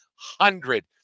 hundred